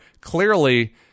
clearly